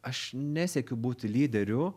aš nesiekiu būti lyderiu